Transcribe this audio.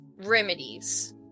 Remedies